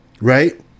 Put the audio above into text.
right